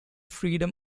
freedom